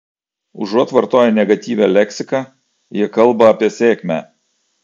užuot vartoję negatyvią leksiką jie kalba apie sėkmę